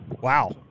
wow